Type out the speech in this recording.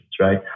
right